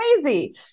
crazy